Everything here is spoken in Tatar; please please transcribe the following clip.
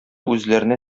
үзләренә